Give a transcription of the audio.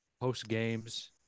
post-games